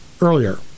earlier